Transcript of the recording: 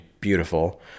beautiful